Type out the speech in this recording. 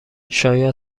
شاید